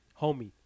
homie